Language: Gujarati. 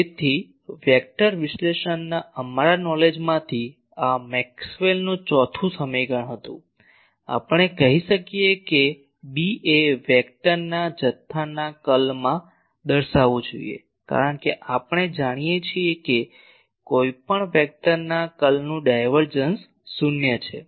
તેથી વેક્ટર વિશ્લેષણના અમારા નોલેજમાંથી આ મેક્સવેલનું ચોથું સમીકરણ હતું આપણે કહી શકીએ કે B એ વેક્ટરના જથ્થાના કર્લમાં દર્શાવવું જોઈએ કારણ કે આપણે જાણીએ છીએ કે કોઈપણ વેક્ટરના કર્લનું ડાયવર્જન્સ શૂન્ય છે